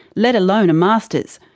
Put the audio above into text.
let alone a masters.